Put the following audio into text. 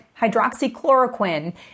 hydroxychloroquine